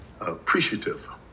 appreciative